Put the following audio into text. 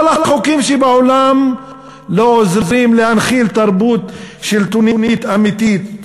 כל החוקים שבעולם לא עוזרים להנחיל תרבות שלטונית אמיתית,